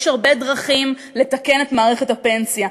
יש הרבה דרכים לתקן את מערכת הפנסיה.